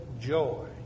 joy